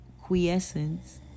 quiescence